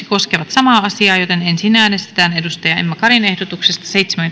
koskevat samaa määrärahaa joten ensin äänestetään sari essayahin ehdotuksesta seitsemän